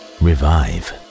revive